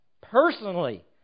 personally